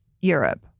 Europe